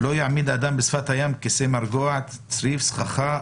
לא יעמיד אדם בשפת היום כיסא מרגוע סביב סככה,